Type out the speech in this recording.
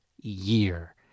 year